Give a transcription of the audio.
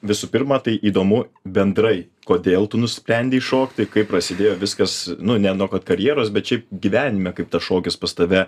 visų pirma tai įdomu bendrai kodėl tu nusprendei šokti kaip prasidėjo viskas nu ne nuo kad karjeros bet šiaip gyvenime kaip tas šokis pas tave